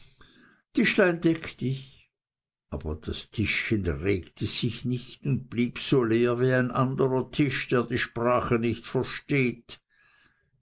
tischchen deck dich aber das tischchen regte sich nicht und blieb so leer wie ein anderer tisch der die sprache nicht versteht